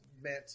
meant